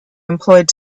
employed